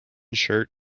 shirt